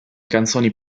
canzoni